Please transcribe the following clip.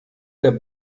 der